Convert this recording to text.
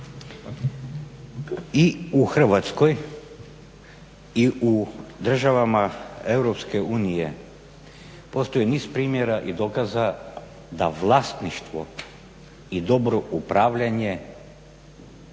I u Hrvatskoj i u državama Europske unije postoji niz primjera i dokaza da vlasništvo i dobro upravljanje